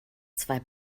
zwei